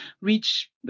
reach